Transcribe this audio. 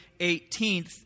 18th